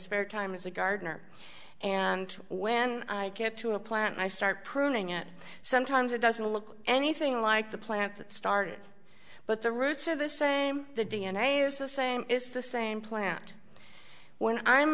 spare time as a gardener and when i get to a plant i start pruning it sometimes it doesn't look anything like the plant that started but the roots of the same the d n a is the same it's the same plant when i